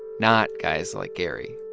not guys like gary